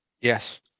Yes